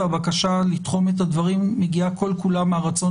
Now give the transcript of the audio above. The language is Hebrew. הבקשה לתחום את הדברים מגיעה כל כולה מהרצון